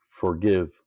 forgive